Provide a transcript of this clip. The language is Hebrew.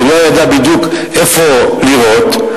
שלא ידע בדיוק איפה לירות.